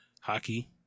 Hockey